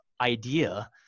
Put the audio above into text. idea